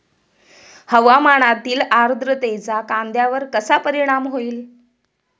हवामानातील आर्द्रतेचा कांद्यावर कसा परिणाम होईल?